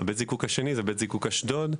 בית הזיקוק השני, הוא בית זיקוק אשדוד.